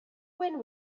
when